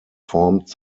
formed